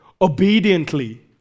obediently